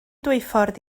dwyffordd